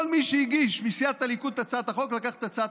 כל מי שהגיש מסיעת הליכוד לקח את הצעת